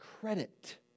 credit